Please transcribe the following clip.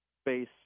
space